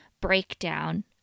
breakdown